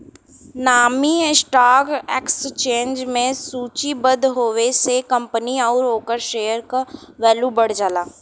नामी stock exchange में सूचीबद्ध होये से कंपनी आउर ओकरे शेयर क वैल्यू बढ़ जाला